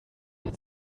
hat